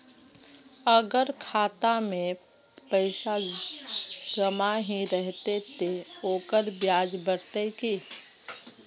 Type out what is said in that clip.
अगर खाता में पैसा जमा ही रहते ते ओकर ब्याज बढ़ते की?